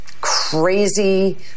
crazy